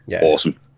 awesome